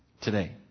today